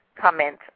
comment